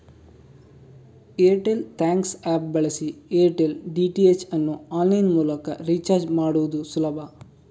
Airtel thanks app ಬಳಸಿ Airtel DTH ಅನ್ನು online ಮೂಲಕ ರೀಚಾರ್ಜ್ ಮಾಡುದು ಸುಲಭ